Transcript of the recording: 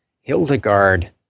Hildegard